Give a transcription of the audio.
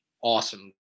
awesome